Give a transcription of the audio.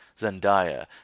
Zendaya